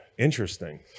Interesting